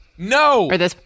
No